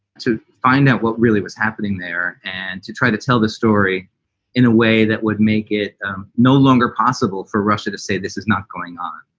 to find out what really was happening there, and to try to tell this story in a way that would make it no longer possible for russia to say this is not going on.